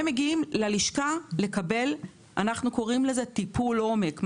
הם מגיעים ללשכה לקבל טיפול עומק.